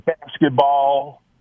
basketball